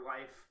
life